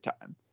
time